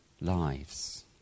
lives